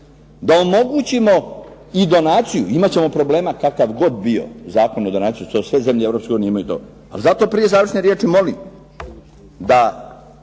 da omogućimo i donaciju. Imat ćemo problema kakav god bio Zakon o donaciji, to sve zemlje u Europskoj uniji imaju to. Ali zato prije završne riječi molim da